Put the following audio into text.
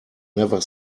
never